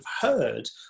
heard